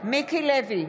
מיקי לוי,